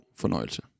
fornøjelse